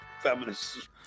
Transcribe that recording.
Feminists